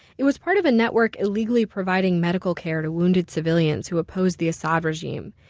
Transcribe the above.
it was part of a network illegally providing medical care to wounded civilians who opposed the assad regime.